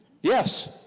Yes